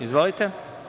Izvolite.